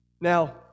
Now